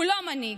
הוא לא מנהיג,